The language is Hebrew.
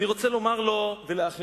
אני רוצה לומר לו ולאחרים